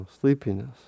Sleepiness